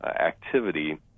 activity